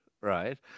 right